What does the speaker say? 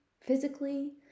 physically